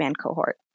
cohort